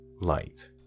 light